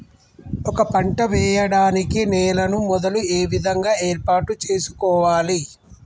ఒక పంట వెయ్యడానికి నేలను మొదలు ఏ విధంగా ఏర్పాటు చేసుకోవాలి?